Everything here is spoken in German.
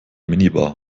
minibar